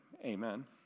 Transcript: amen